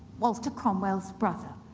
walter cromwell's brother,